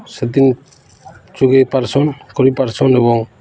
ସେଦିନ ଯୋଗେଇ ପାର୍ସନ୍ କରିପାର୍ସନ୍ ଏବଂ